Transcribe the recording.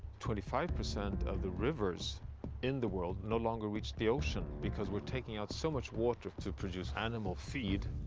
twenty-five percent of the rivers in the world no longer reach the ocean, because we're taking out so much water to produce animal feed.